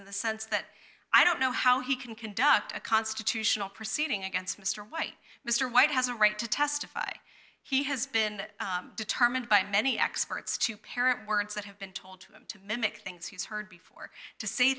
in the sense that i don't know how he can conduct a constitutional proceeding against mr white mr white has a right to testify he has been determined by many experts to parent warrants that have been told to them to mimic things he's heard before to s